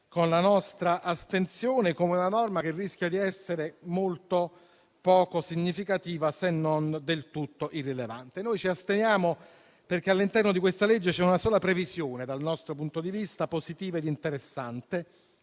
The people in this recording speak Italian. con la nostra astensione come una disciplina che rischia di essere molto poco significativa se non del tutto irrilevante. Noi ci asteniamo, perché all'interno di essa c'è una sola previsione dal nostro punto di vista positiva ed interessante,